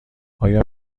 آیا